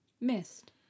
Missed